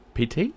PT